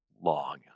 long